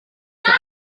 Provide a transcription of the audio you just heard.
für